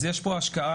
אז יש פה השקעה.